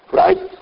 right